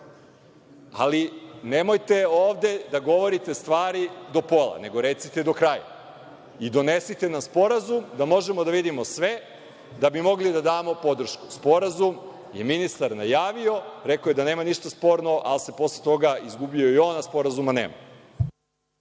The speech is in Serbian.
ali nemojte ovde da govorite stvari do pola, nego recite do kraja i donesite nam sporazum da možemo da vidimo sve, da bi mogli da damo podršku. Sporazum je ministar najavio, rekao je da nema ništa sporno, ali se posle toga izgubio i on, a sporazuma nema.